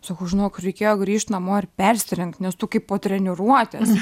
sakau žinok reikėjo grįžt namo ir persirengt nes tu kaip po treniruotės